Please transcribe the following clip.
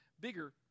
bigger